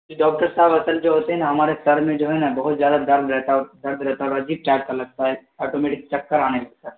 جی doctor صاحب اصل جو ہوتے ہیں نا ہمارے سر میں جو ہے نا بہت زیادہ درد رہتا ہے درد رہتا ہے اور عجیب طرح کا لگتا ہے آٹومیٹک چکر آنے لگتا ہے